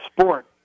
sport